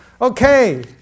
Okay